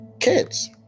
kids